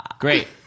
great